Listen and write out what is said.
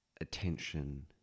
attention